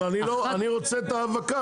אבל אני רוצה את ההאבקה,